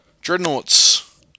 dreadnoughts